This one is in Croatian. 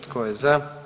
Tko je za?